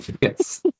Yes